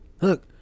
look